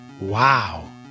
Wow